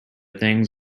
things